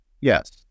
Yes